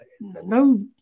no